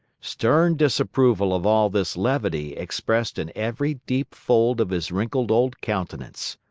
stern disapproval of all this levity expressed in every deep fold of his wrinkled old countenance.